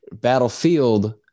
Battlefield